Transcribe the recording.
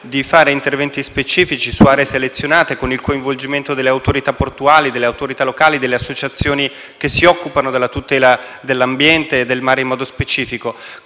alcuni interventi specifici su aree selezionate, con il coinvolgimento delle autorità portuali, delle autorità locali e delle associazioni che si occupano della tutela dell'ambiente e del mare in modo specifico.